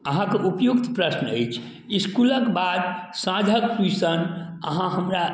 अहाँके उपयुक्त प्रश्न अछि इसकुलके बाद साँझके ट्यूशन अहाँ हमरा